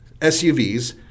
SUVs